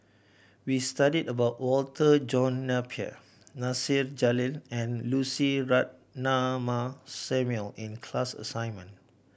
we studied about Walter John Napier Nasir Jalil and Lucy Ratnammah Samuel in class assignment